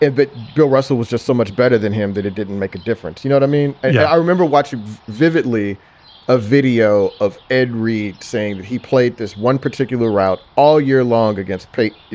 and but bill russell was just so much better than him that it didn't make a difference. you know, i mean, yeah i remember watching vividly a video of ed reed saying that he played this one particular route all year long against pete.